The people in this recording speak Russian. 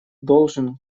должен